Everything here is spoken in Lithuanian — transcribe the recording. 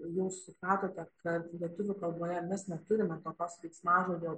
jau supratote kad lietuvių kalboje mes neturime tokios veiksmažodžių